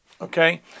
Okay